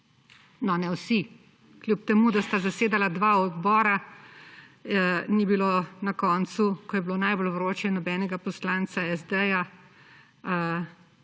No, ne vsi. Čeprav sta zasedala dva odbora, ni bilo na koncu, ko je bilo najbolj vroče, nobenega poslanca SD,